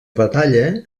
batalla